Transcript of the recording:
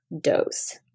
dose